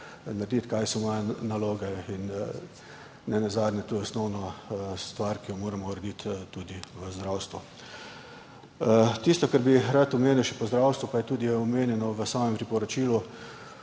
narediti, kaj so moje naloge, in nenazadnje je to osnovna stvar, ki jo moramo urediti tudi v zdravstvu. Tisto, kar bi rad še omenil pri zdravstvu pa je tudi omenjeno v samem priporočilu